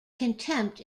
contempt